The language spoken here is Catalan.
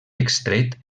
extret